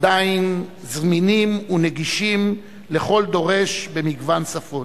עדיין זמינים ונגישים לכל דורש במגוון שפות,